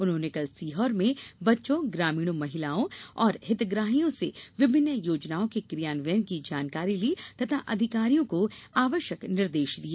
उन्होंने कल सीहोर में बच्चों ग्रामीणों महिलाओं और हितग्राहियों से विभिन्न योजनाओं के क्रियान्वयन की जानकारी ली तथा अधिकारियों को आवश्यक निर्देश दिए